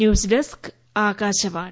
news desk Akashvani